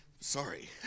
Sorry